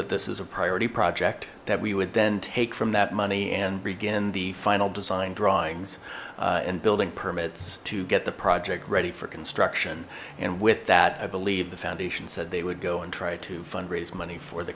that this is a priority project that we would then take from that money and begin the final design drawings and building permits to get the project ready for construction and with that i believe the foundation said they would go and try to fund raise money for the